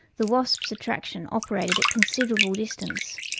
the wasps' attraction operated at considerable distance.